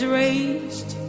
raised